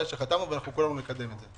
חתמנו וכולנו נקדם את זה.